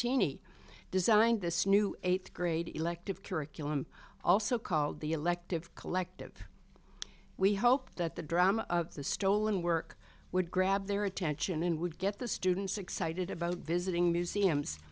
e designed this new eighth grade elective curriculum also called the elective collective we hope that the drama of the stolen work would grab their attention and would get the students excited about visiting museums